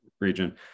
region